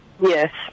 Yes